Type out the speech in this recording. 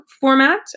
format